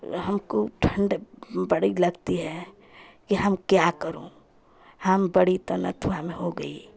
हमको ठण्डक बड़ी लगती है ये हम क्या करूं हम बड़ी तनतुहान हो गई